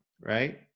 right